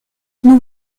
nous